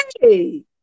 Hey